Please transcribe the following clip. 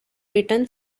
written